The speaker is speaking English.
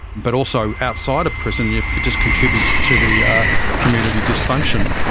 but also outside of prison yeah it just contributes to the ah community dysfunction.